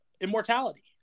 immortality